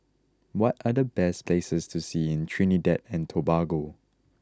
what are the best places to see in Trinidad and Tobago